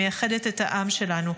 מייחדת את העם שלו.